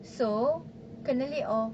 so kena lay-off